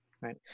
right